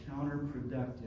counterproductive